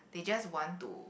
they just want to